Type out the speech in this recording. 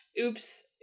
Oops